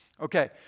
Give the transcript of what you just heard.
okay